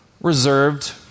reserved